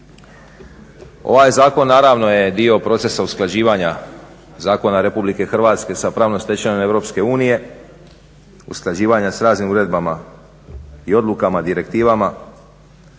Ovaj zakon naravno je dio procesa usklađivanja Zakona Republike Hrvatske sa pravnom stečevinom EU, usklađivanja sa raznim uredbama i odlukama, direktivama